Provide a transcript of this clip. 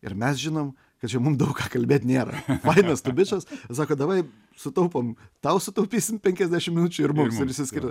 ir mes žinom kad čia mum daug ką kalbėti nėra fainas tu bičas sako davai sutaupom tau sutaupysim penkiasdešimt minučių ir mums ir išsiskiria